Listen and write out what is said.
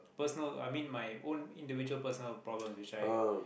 personal I mean my own individual personal problem which I